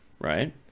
Right